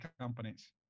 companies